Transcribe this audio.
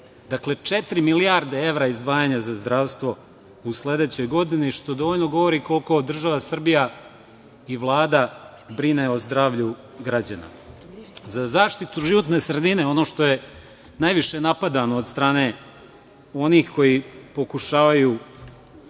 Dakle, četiri milijarde evra izdvajanja za zdravstvo u sledećoj godini, što dovoljno govori koliko država Srbija i Vlada brine o zdravlju građana.Za zaštitu životne sredine, ono što je najviše napadano od strane onih koji pokušavaju